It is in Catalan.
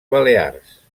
balears